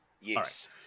Yes